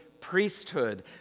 priesthood